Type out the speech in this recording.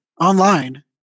online